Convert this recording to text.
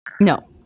No